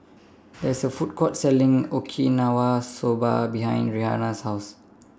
There IS A Food Court Selling Okinawa Soba behind Rhianna's House